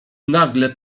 nagle